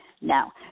Now